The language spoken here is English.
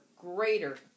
greater